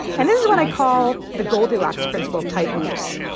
and this is what i call the goldilocks principle of tight-loose,